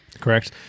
Correct